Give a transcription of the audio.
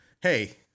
Hey